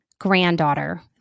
granddaughter